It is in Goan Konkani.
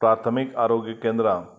प्राथमीक आरोग्य केंद्रां